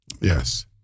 Yes